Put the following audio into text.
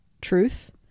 truth